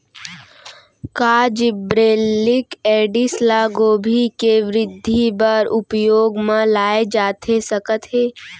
का gibberellic acid ल गोभी के वृद्धि बर उपयोग म लाये जाथे सकत हे?